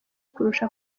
kurusha